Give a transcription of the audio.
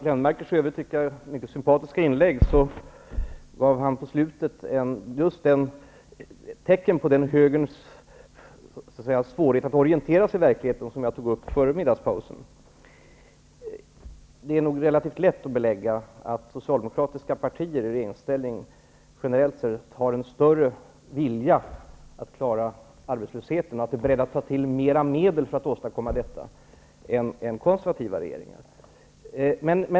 Herr talman! I sitt mycket sympatiska inlägg gav Göran Lennmarker på slutet ett tecken på just den högerns svårighet att orientera sig i verkligheten som jag tog upp före middagspausen. Det är nog relativt lätt att belägga, att socialdemokratiska regeringar generellt har en större vilja att klara arbetslösheten och är beredda att ta till mera medel för att åstadkomma detta än konservativa regeringar.